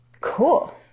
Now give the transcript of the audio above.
Cool